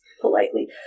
politely